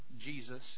Jesus